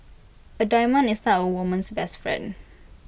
A diamond is not A woman's best friend